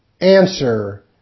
Answer